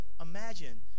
Imagine